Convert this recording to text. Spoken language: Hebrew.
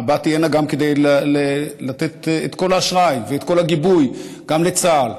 באתי הנה גם כדי לתת את כל האשראי ואת כל הגיבוי גם לצה"ל,